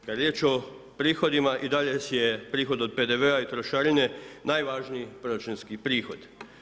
Kad je riječ o prihodima i dalje si je prihod od PDV-a i trošarine najvažniji proračunski prihod.